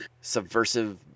subversive